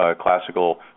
classical